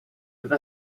esta